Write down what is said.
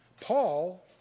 Paul